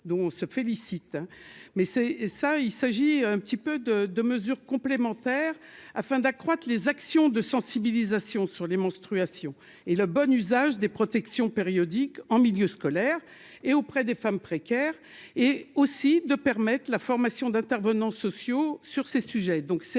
dont se félicite mais c'est et ça, il s'agit un petit peu de de mesures complémentaires afin d'accroître les actions de sensibilisation sur les menstruations et le bon usage des protections périodiques en milieu scolaire et auprès des femmes précaires et aussi de permettre la formation d'intervenants sociaux sur ces sujets, donc c'est